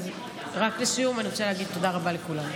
אז לסיום אני רק רוצה להגיד תודה רבה לכולם.